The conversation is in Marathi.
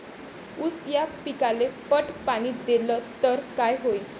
ऊस या पिकाले पट पाणी देल्ल तर काय होईन?